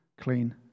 clean